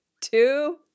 two